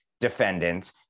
defendants